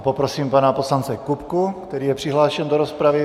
Poprosím pana poslance Kupku, který je přihlášen do rozpravy.